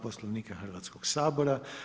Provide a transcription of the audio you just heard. Poslovnika Hrvatskog sabora.